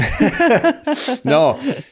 No